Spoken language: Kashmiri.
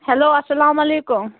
ہیٚلو اَسلام علیکُم